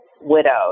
widowed